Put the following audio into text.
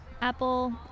Apple